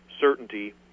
certainty